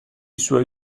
suoi